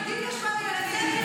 בדיוק מה שבאתי להגיד.